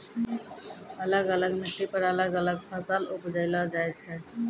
अलग अलग मिट्टी पर अलग अलग फसल उपजैलो जाय छै